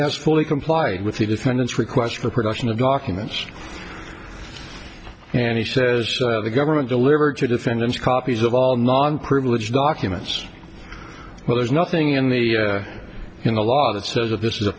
has fully complied with the defendant's request for production of documents and he says the government delivered two defendants copies of all non privileged documents well there's nothing in the in the law that says that this is a